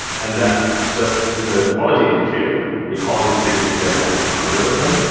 and that just is a quality indicator. we call these signals. we have over two hundred of them.